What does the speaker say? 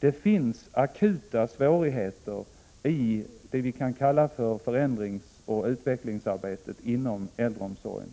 Det finns akuta svårigheter i det vi kan kalla för förändringsoch utvecklingsarbetet inom äldreomsorgen.